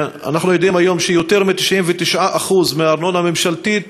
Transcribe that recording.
אנחנו יודעים היום שיותר מ-99% מהארנונה הממשלתית,